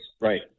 right